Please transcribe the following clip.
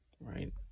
right